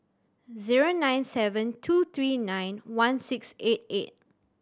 zero nine seven two three nine one six eight eight